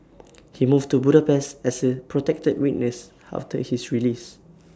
he moved to Budapest as A protected witness after his release